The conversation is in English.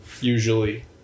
Usually